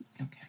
Okay